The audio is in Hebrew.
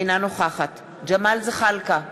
אינה נוכחת ג'מאל זחאלקה,